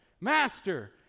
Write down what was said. Master